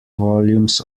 volumes